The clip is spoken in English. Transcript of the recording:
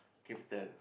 capital